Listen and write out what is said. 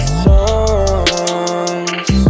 songs